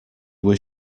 was